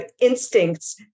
instincts